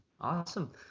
awesome